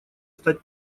стать